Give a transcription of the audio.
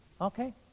Okay